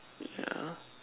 yeah